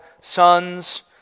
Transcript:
sons